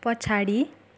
पछाडि